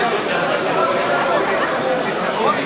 עוברים להצבעה אלקטרונית.